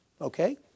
okay